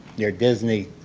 near disney,